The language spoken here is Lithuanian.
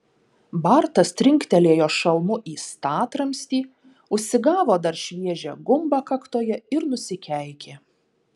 bartas trinktelėjo šalmu į statramstį užsigavo dar šviežią gumbą kaktoje ir nusikeikė